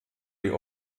die